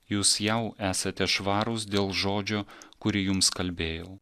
jūs jau esate švarūs dėl žodžio kurį jums kalbėjau